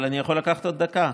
אבל אני יכול לקחת עוד דקה?